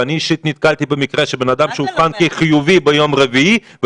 ואני אישית נתקלתי במקרה שאדם שאובחן כחיובי ביום רביעי,